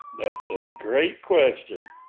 that's a great question.